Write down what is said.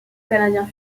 canadien